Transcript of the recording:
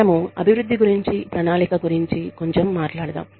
మనము అభివృద్ధి గురించి ప్రణాళిక గురుంచి కొంచం మాట్లాడదాం